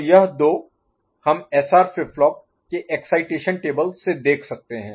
तो यह दो हम हम SR फ्लिप फ्लॉप के एक्साइटेशन टेबल से देख सकते हैं